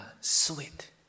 sweet